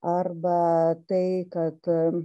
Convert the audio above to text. arba tai kad